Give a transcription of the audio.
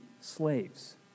slaves